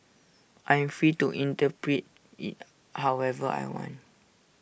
I am free to interpret IT however I want